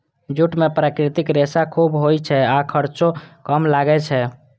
jute मे प्राकृतिक रेशा खूब होइ छै आ खर्चो कम लागै छै